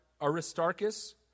Aristarchus